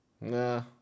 Nah